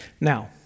Now